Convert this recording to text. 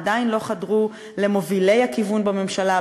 עדיין לא חדרו למובילי הכיוון בממשלה,